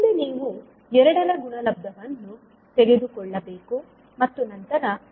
ಮುಂದೆ ನೀವು ಎರಡರ ಗುಣಲಬ್ಧವನ್ನು ತೆಗೆದುಕೊಳ್ಳಬೇಕು ಮತ್ತು ನಂತರ ಒಟ್ಟುಗೂಡಿಸಬೇಕು